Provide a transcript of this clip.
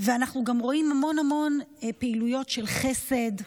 ואנחנו גם רואים המון המון פעילויות של חסד,